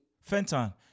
Fenton